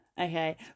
Okay